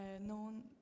known